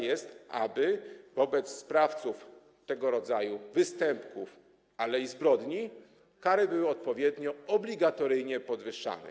Jest propozycja, aby wobec sprawców tego rodzaju występków, ale i zbrodni, kary były odpowiednio obligatoryjnie podwyższane.